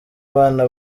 abana